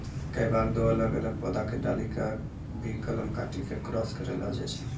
कई बार दो अलग अलग पौधा के डाली कॅ भी कलम काटी क क्रास करैलो जाय छै